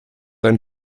ein